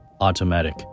automatic